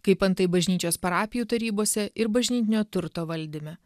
kaip antai bažnyčios parapijų tarybose ir bažnytinio turto valdyme